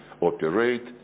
operate